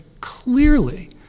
clearly